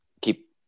keep